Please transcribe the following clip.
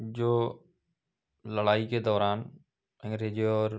जो लड़ाई के दौरान अंग्रेजों और